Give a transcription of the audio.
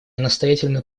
настоятельно